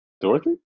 dorothy